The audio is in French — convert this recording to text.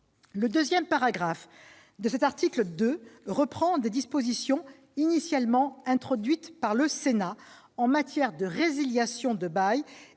Le deuxième paragraphe de l'article 2 reprend des dispositions initialement introduites par le Sénat en matière de résiliation du bail